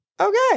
Okay